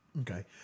Okay